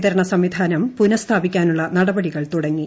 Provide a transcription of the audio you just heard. വിതരണ സംവിധാനം പുനഃസ്ഥാപിക്കാനുള്ള നടപടികൾ തുടങ്ങി